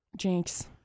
Jinx